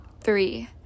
three